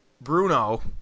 Bruno